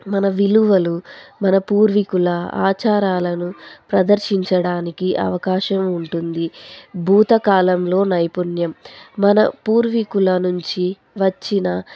మన విలువలు మన పూర్వీకుల ఆచారాలను ప్రదర్శించడానికి అవకాశం ఉంటుంది భూతకాలంలో నైపుణ్యం మన పూర్వీకుల నుంచి వచ్చిన